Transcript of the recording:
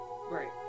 Right